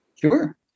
Sure